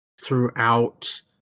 throughout